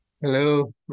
Hello